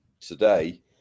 today